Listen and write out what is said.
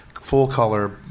full-color